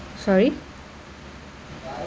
sorry